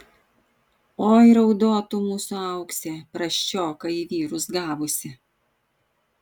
oi raudotų mūsų auksė prasčioką į vyrus gavusi